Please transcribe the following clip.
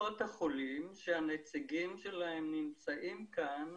קופות החולים, שהנציגים שלהן נמצאים כאן,